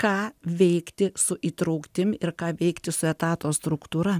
ką veikti su įtrauktim ir ką veikti su etato struktūra